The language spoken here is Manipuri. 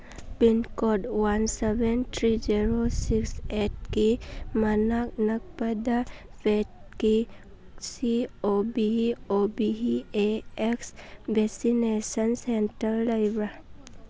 pincode one seven three zero six ꯑꯩꯠꯀꯤ ꯃꯅꯥꯛ ꯅꯛꯄꯗ ꯄꯦꯠꯀꯤ C O V O V A X vaccination centre ꯂꯩꯕ꯭ꯔꯥ